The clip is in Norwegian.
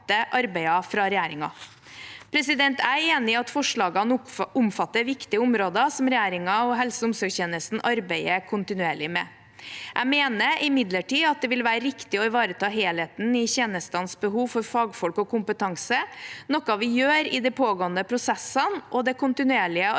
Jeg er enig i at forslagene omfatter viktige områder som regjeringen og helse- og omsorgstjenesten arbeider kontinuerlig med. Jeg mener imidlertid at det vil være riktig å ivareta helheten i tjenestenes behov for fagfolk og kompetanse, noe vi gjør i de pågående prosessene og det kontinuerlige arbeidet